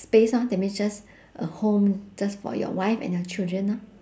space lor that means just a home just for your wife and your children lor